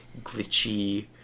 glitchy